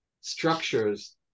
structures